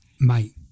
Mate